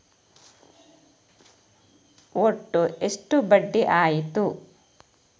ಒಟ್ಟು ಎಷ್ಟು ಬಡ್ಡಿ ಆಯಿತು?